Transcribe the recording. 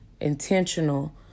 intentional